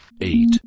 Eight